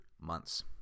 months